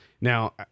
Now